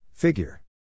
Figure